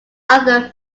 other